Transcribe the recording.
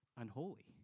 Unholy